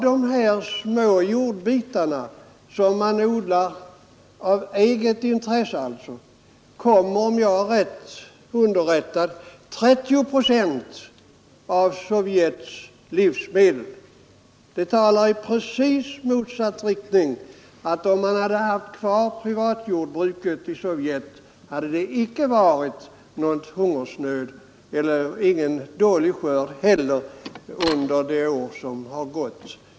Från dessa små jordbitar som man odlar av eget intresse kommer, om jag är riktigt underrättad, 30 procent av Sovjets livsmedel. Det talar i rakt motsatt riktning. Om man hade haft kvar privatjordbruket i Sovjet, hade det sannolikt icke varit någon hungersnöd och ingen dålig skörd heller under det år som gått.